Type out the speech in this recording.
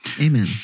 Amen